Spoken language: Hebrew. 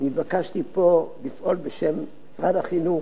נתבקשתי פה לפעול בשם שר החינוך.